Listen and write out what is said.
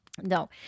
No